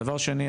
דבר שני,